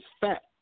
fat